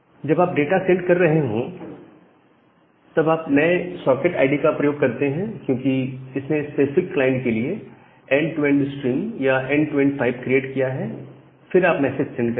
जब आप data send कर रहे हैं तब आप नए सॉकेट आईडी का प्रयोग करते हैं क्योंकि इसने स्पेसिफिक क्लाइंट के लिए एंड टू एंड स्ट्रीम या end to end pipe create किया है फिर आप मैसेज सेंड करेंगे